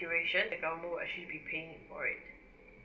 duration the government will actually be paying for it